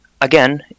Again